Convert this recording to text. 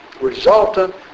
resultant